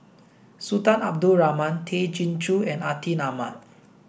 Sultan Abdul Rahman Tay Chin Joo and Atin Amat